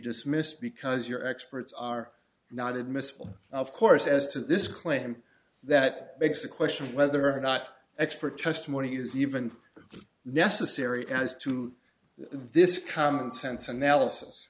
dismissed because your experts are not admissible of course as to this claim that begs the question whether or not expert testimony is even necessary as to this commonsense analysis